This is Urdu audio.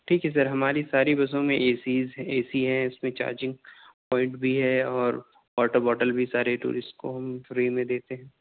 ٹھیک ہے سر ہماری ساری بسوں میں اے سیز اے سی ہیں اس میں چارجنگ پوائنٹ بھی ہے اور واٹر بوٹل بھی سارے ٹورسٹ کو ہم فری میں دیتے ہیں